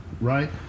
right